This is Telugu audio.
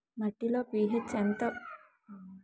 మట్టిలో పీ.హెచ్ ఎలా తెలుసుకోవాలి? ఎంత మోతాదులో వుండాలి?